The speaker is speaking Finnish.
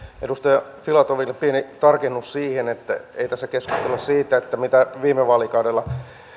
edustaja filatoville pieni tarkennus siihen että ei tässä keskustella siitä mitä viime vaalikaudella